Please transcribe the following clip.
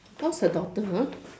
how's her daughter ah